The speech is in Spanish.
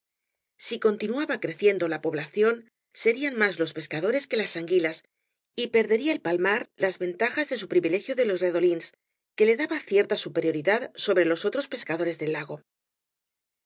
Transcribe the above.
si continuaba creciendo la población serian más los pescadores que laa anguilas y perdería el palmar las ventajas de su privilegio de los redolíns que le daba cierta superioridad sobre los otros pescadores del lago